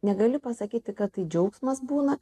negali pasakyti kad tai džiaugsmas būna